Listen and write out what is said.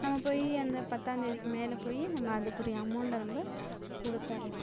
நம்ம போய் அந்த பத்தாந்தேதிக்கு மேலே போய் நம்ம அதுக்குரிய அமௌண்ட்டை வந்து நம்ம ஷ் கொடுத்தர்லாம்